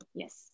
yes